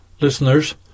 Listeners